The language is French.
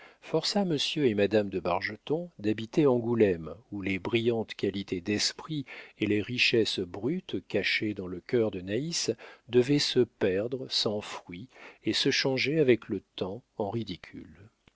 força monsieur et madame de bargeton d'habiter angoulême où les brillantes qualités d'esprit et les richesses brutes cachées dans le cœur de naïs devaient se perdre sans fruit et se changer avec le temps